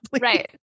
Right